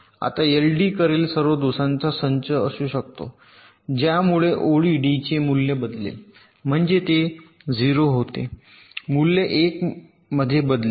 आता LD करेल सर्व दोषांचा संच असू शकतो ज्यामुळे ओळी D चे मूल्य बदलेल म्हणजे ते 0 होते मूल्य १ मध्ये बदलेल